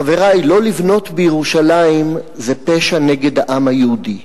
חברי, לא לבנות בירושלים זה פשע נגד העם היהודי,